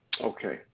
Okay